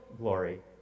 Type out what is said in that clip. glory